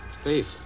Steve